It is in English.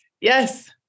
Yes